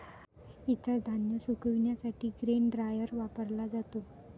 इतर धान्य सुकविण्यासाठी ग्रेन ड्रायर वापरला जातो